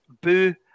boo